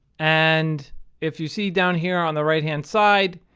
and if you see down here on the right hand side,